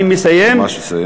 אני מסיים.